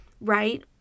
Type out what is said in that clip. right